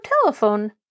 telephone